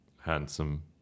handsome